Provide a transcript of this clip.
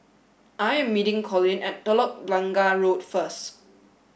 I am meeting Collin at Telok Blangah Road first